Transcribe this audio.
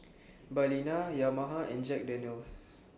Balina Yamaha and Jack Daniel's